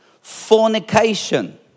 fornication